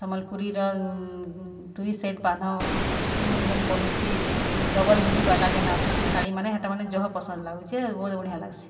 ସମ୍ବଲପୁରୀର ଦୁଇ ସାଇଡ୍ ବାନ୍ଧ ମୁହୁଁ ଯେନ୍ ପଡ଼ିଚେ ଡବଲ୍ ଧଡ଼ିବାଲା ଯେନ୍ ଆସୁଚେ ଶାଢ଼ୀମାନେ ହେଟା ମାନେ ଯହ ପସନ୍ଦ୍ ଲାଗୁଚେ ଆଉ ବହୁତ୍ ବଢ଼ିଆଁ ଲାଗ୍ସି